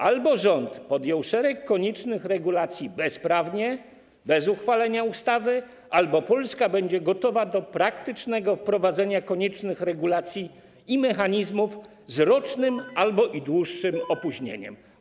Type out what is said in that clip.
Albo rząd wprowadzi szereg koniecznych regulacji bezprawnie, bez uchwalenia ustaw, albo Polska będzie gotowa do praktycznego wprowadzenia koniecznych regulacji i mechanizmów z rocznym albo dłuższym opóźnieniem.